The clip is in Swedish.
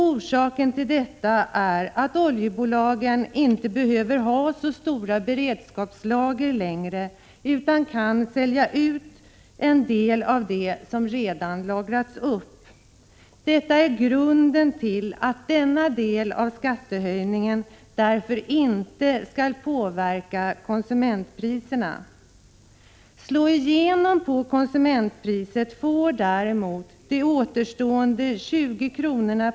Orsaken till detta är att oljebolagen inte behöver ha så stora beredskapslager längre, utan kan sälja ut en del av det som redan lagrats upp. Det är grunden till att denna del av skattehöjningen inte skall påverka konsumentpriserna. Slå igenom på konsumentpriset får däremot återstående 20 kr.